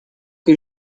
que